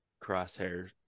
crosshair